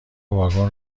واگن